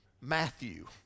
Matthew